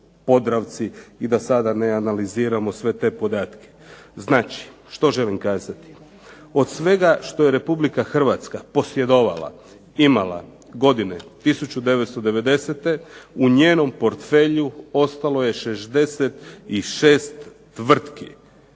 i da sada ne analiziramo sve te podatke. Znači, što želim kazati? Od svega što je Republika Hrvatska posjedovala, imala godine 1990. u njenom portfelju ostalo je 66 tvrtki.